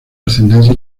ascendencia